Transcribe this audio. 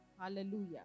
Hallelujah